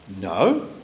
No